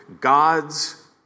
God's